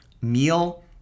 meal